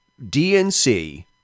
DNC